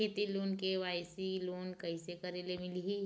खेती loan KYC loan कइसे करे ले मिलही?